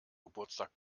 geburtstag